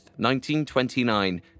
1929